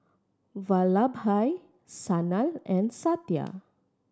Vallabhbhai Sanal and Satya